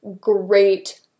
Great